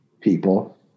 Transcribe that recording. people